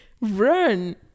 Run